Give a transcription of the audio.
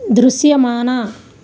దృశ్యమాన